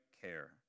care